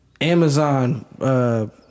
Amazon